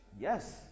Yes